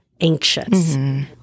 anxious